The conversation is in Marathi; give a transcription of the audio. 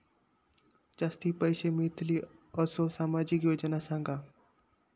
जास्ती पैशे मिळतील असो सामाजिक योजना सांगा?